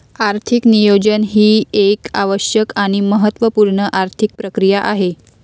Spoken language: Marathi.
आर्थिक नियोजन ही एक आवश्यक आणि महत्त्व पूर्ण आर्थिक प्रक्रिया आहे